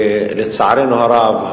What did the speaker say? לצערנו הרב,